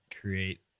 create